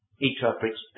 interprets